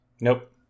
Nope